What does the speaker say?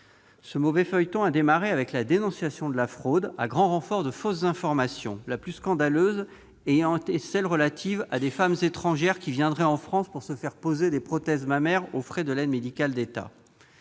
Ce mauvais feuilleton a démarré avec la dénonciation de la fraude, à grand renfort de fausses informations, la plus scandaleuse ayant été celle de femmes étrangères qui viendraient en France pour se faire poser des prothèses mammaires aux frais de l'aide médicale de l'État.